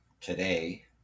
today